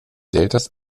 deltas